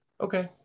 Okay